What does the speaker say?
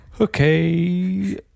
Okay